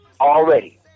already